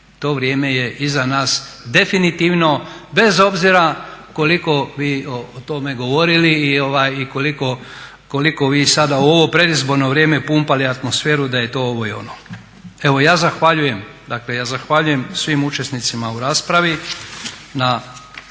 to vrijeme je iza nas definitivno bez obzira koliko vi o tome govorili i koliko vi sada u ovo predizborno vrijeme pumpali atmosferu da je to ovo i ono. Evo ja zahvaljujem svim učesnicima u raspravi